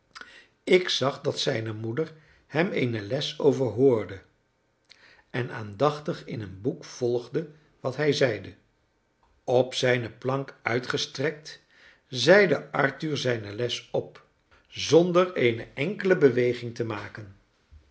ik zag dat zijne moeder hem eene les overhoorde en aandachtig in een boek volgde wat hij zeide op zijne plank uitgestrekt zeide arthur zijne les op zonder eene enkele beweging te maken